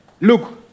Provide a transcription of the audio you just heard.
Look